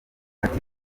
ati